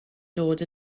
dod